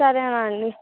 సరేనా అండి